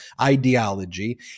ideology